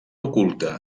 oculta